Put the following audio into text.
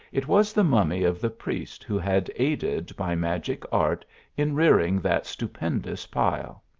it was the mummy of the pries who had aided by magic art in rearing that stupend ous pile.